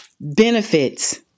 Benefits